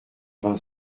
vingt